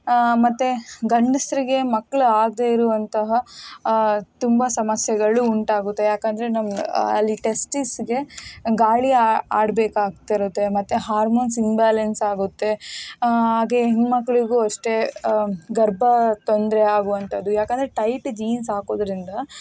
ಮತ್ತೆ ಗಂಡಸರಿಗೆ ಮಕ್ಕಳು ಆಗದೇ ಇರುವಂತಹ ತುಂಬ ಸಮಸ್ಯೆಗಳು ಉಂಟಾಗುತ್ತೆ ಯಾಕೆಂದರೆ ನಮ್ ಅಲ್ಲಿ ಟೆಸ್ಟಿಸ್ಗೆ ಗಾಳಿ ಆಡಬೇಕಾಗ್ತಿರುತ್ತೆ ಮತ್ತೆ ಹಾರ್ಮೋನ್ಸ್ ಇಂಬ್ಯಾಲೆನ್ಸ್ ಆಗುತ್ತೆ ಹಾಗೆ ಹೆಣ್ಮಕ್ಕಳಿಗೂ ಅಷ್ಟೇ ಗರ್ಭ ತೊಂದರೆ ಆಗುವಂಥದ್ದು ಯಾಕೆಂದರೆ ಟೈಟ್ ಜೀನ್ಸ್ ಹಾಕೋದ್ರಿಂದ